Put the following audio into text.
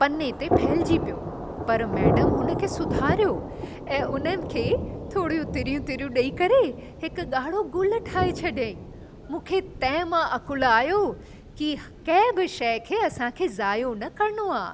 पन्ने ते फेल्जी पियो पर मेडम हुनखे सुधारियो ऐं उन्हनि खे थोरी तिरियूं तिरियूं ॾेई करे हिकु ॻाढ़ो गुल ठाहे छॾियईं मूंखे तंहिं मां अकुलु आयो की कंहिं बि शइ खे असांखे ज़ायो न करिणो आहे